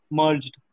merged